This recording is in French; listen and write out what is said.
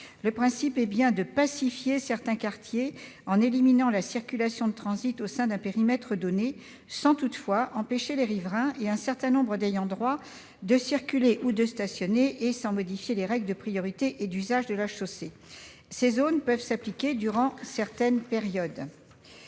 Le principe est bien de pacifier certains quartiers en éliminant la circulation de transit au sein d'un périmètre donné, sans toutefois empêcher les riverains et un certain nombre d'ayants droit de circuler ou de stationner, et sans modifier les règles de priorité et d'usage de la chaussée. L'existence de ces zones peut ne valoir que durant certaines périodes.